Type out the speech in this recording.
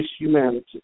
humanity